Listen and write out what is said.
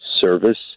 service